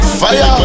fire